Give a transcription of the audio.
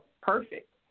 perfect